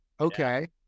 okay